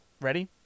Ready